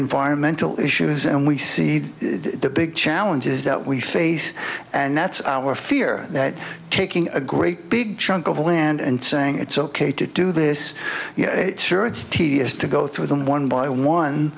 environmental issues and we see the big challenges that we face and that's our fear that taking a great big chunk of land and saying it's ok to do this it's sure it's tedious to go through them one by one